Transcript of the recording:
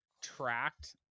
tracked